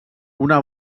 una